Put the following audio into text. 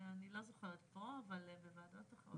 בוועדה הזאת אני לא זוכרת פה, אבל בוועדות אחרות